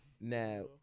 now